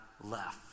left